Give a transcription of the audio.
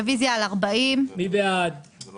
רוויזיה על הסתייגות מספר 50. מי בעד קבלת הרוויזיה?